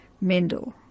Mendel